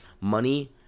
money